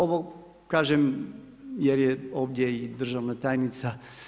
Ovo kažem jer je ovdje i državna tajnica.